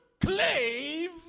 clave